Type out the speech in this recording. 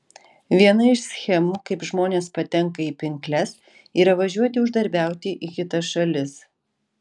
viena iš schemų kaip žmonės patenka į pinkles yra važiuoti uždarbiauti į kitas šalis